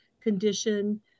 condition